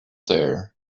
there